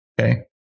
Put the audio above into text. Okay